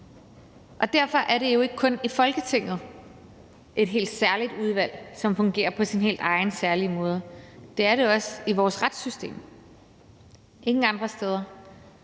Derfor er det jo ikke kun i forhold til Folketinget et helt særligt udvalg, som fungerer på sin helt egen og særlige måde, det er det også i forhold til vores retssystem. Ingen andre steder